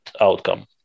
outcome